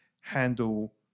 handle